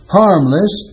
harmless